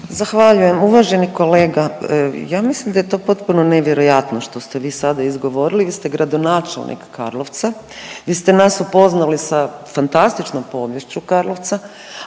Zahvaljujem. Uvaženi kolega ja mislim da je to potpuno nevjerojatno što ste vi sada izgovorili. Vi ste gradonačelnik Karlovca. Vi ste nas upoznali da fantastičnom poviješću Karlovca,